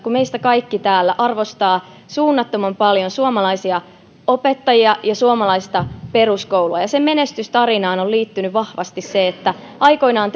kun meistä kaikki täällä arvostavat suunnattoman paljon suomalaisia opettajia ja suomalaista peruskoulua ja sen menestystarinaan on liittynyt vahvasti se että aikoinaan